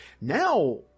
Now